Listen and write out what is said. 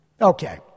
Okay